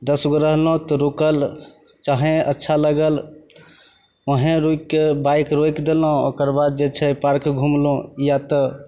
दसगो रहलहुँ तऽ रुकल जहैँ अच्छा लागल ओहेँ रुकिके बाइक रोकि देलहुँ ओकर बाद जे छै पार्क घुमलहुँ या तऽ